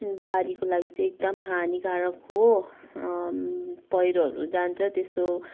बारीको लागि चाहिँ एकदम हानीकारक हो पैह्रोहरू जान्छ त्यस्तो